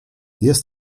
jest